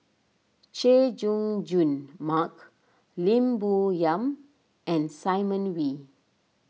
Chay Jung Jun Mark Lim Bo Yam and Simon Wee